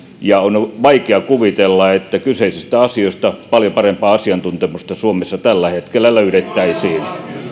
ja on vaikea kuvitella että kyseisistä asioista paljon parempaa asiantuntemusta suomessa tällä hetkellä löydettäisiin